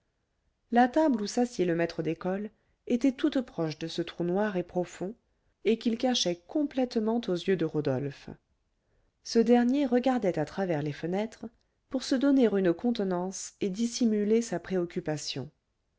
la table où s'assit le maître d'école était toute proche de ce trou noir et profond auquel il tournait le dos et qu'il cachait complètement aux yeux de rodolphe ce dernier regardait à travers les fenêtres pour se donner une contenance et dissimuler sa préoccupation